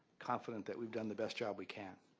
confident that we've done the best job we can.